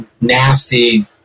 nasty